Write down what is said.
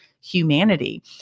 humanity